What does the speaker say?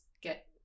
get